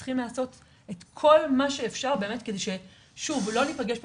צריך לעשות את כל מה שאפשר באמת כדי ששוב לא ניפגש פה